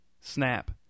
Snap